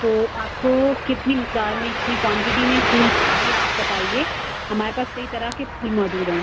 تو آپ کو کتنی مقدار میں کتنی کوانٹیٹی میں پھول چاہیے آپ بتائیے ہمارے پاس کئی طرح کے پھول موجود ہیں